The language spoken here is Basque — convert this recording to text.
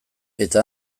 eta